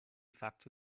facto